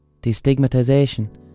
destigmatization